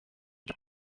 byo